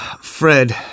Fred